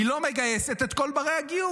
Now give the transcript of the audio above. היא לא מגייסת את כל בני הגיוס,